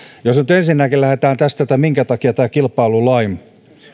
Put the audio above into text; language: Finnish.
jos nyt ensinnäkin lähdetään tästä minkä takia tämä kilpailulain